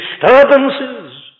Disturbances